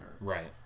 Right